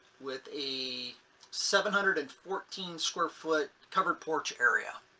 with a seven hundred and fourteen square foot covered porch area.